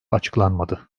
açıklanmadı